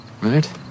right